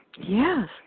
Yes